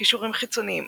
קישורים חיצוניים